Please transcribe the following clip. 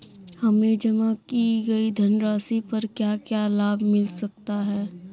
हमें जमा की गई धनराशि पर क्या क्या लाभ मिल सकता है?